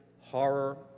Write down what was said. horror